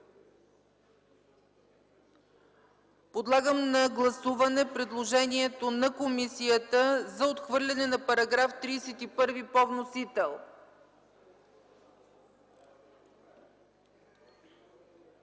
Подлагам на гласуване предложението на комисията за отхвърляне на § 31 по вносител.